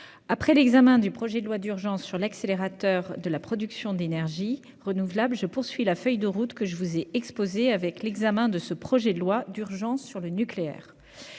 après l'examen du projet de loi d'urgence relatif à l'accélération de la production d'énergies renouvelables, je poursuis la feuille de route que je vous ai exposée avec l'examen de ce projet de loi d'urgence relatif